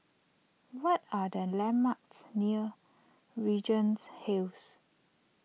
what are the landmarks near Regent Heights